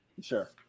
Sure